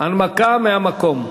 הנמקה מהמקום.